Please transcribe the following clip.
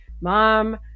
mom